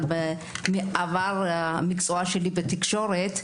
מעבר למקצוע שלי בתקשורת,